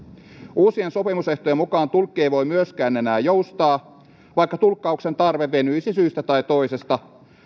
uusien sopimusehtojen mukaan tulkki ei voi myöskään enää joustaa vaikka tulkkauksen tarve venyisi syystä tai toisesta